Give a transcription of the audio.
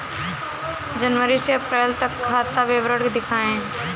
जनवरी से अप्रैल तक का खाता विवरण दिखाए?